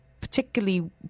particularly